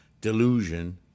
delusion